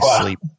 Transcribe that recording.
sleep